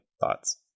thoughts